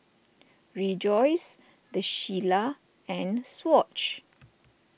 Rejoice the Shilla and Swatch